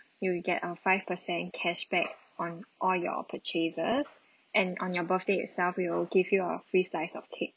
you will get a five percent cashback on all your purchases and on your birthday itself we'll give you a free slice of cake